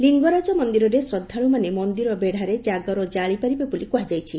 ଲିଙ୍ଗରାଜ ମନିରରେ ଶ୍ରଦ୍ଧାଳୁମାନେ ମନିର ବେଡ଼ାରେ ଜାଗର ଜାଳିପାରିବେ ବୋଲି କୁହାଯାଇଛି